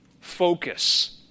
focus